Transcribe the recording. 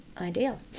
Ideal